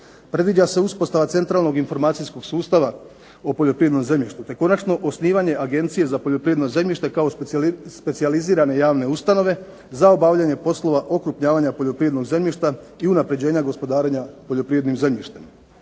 predviđa se uspostava centralnog informacijskog sustava o poljoprivrednom zemljištu, te konačno osnivanje Agencije za poljoprivredno zemljište kao specijalizirane javne ustanove za obavljanje poslova okrupnjavanja poljoprivrednog zemljišta i unapređenja gospodarenja poljoprivrednim zemljištem.